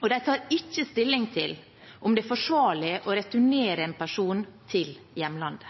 og de tar ikke stilling til om det er forsvarlig å returnere en person til hjemlandet.